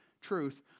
truth